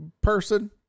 person